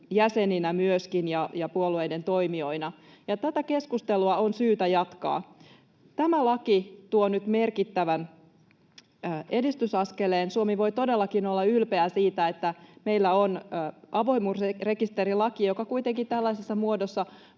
jäseninä ja puolueiden toimijoina, ja tätä keskustelua on syytä jatkaa. Tämä laki tuo nyt merkittävän edistysaskeleen. Suomi voi todellakin olla ylpeä siitä, että meillä on avoimuusrekisterilaki, joka kuitenkin tällaisessa muodossa